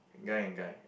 guy and guy